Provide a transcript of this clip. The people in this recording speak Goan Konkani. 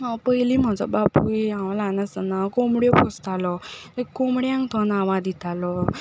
पयलीं म्हजो बापूय हांव ल्हान आसतना कोंबड्यो पोसतालो ते कोंबड्यांक तो नांवां दितालो